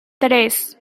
tres